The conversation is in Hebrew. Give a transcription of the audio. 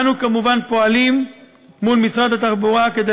אנו כמובן פועלים מול משרד התחבורה כדי